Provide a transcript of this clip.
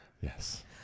yes